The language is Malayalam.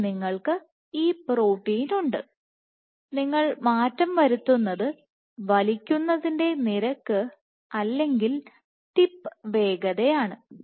ഇവിടെ നിങ്ങൾക്ക് ഈ പ്രോട്ടീൻ ഉണ്ട് നിങ്ങൾ മാറ്റം വരുത്തുന്നത് വലിക്കുന്നതിന്റെ നിരക്ക് അല്ലെങ്കിൽ ടിപ്പ് വേഗതയാണ്